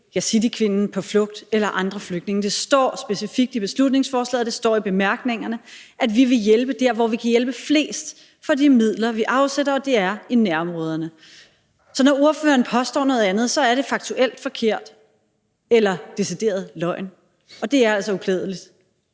yazidikvinden på flugt eller andre flygtninge. Det står specifikt i beslutningsforslaget, og det står i bemærkningerne, at vi vil hjælpe der, hvor vi kan hjælpe flest for de midler, vi afsætter, og det er i nærområderne. Så når ordføreren påstår noget andet, er det faktuelt forkert eller decideret løgn, og det er altså uklædeligt.